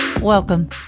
Welcome